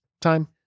time